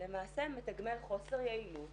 למעשה מתגמל חוסר יעילות